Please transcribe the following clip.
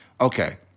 Okay